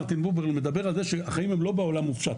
מרטין בובר מדבר על זה שהחיים הם לא בעולם המופשט,